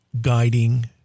guiding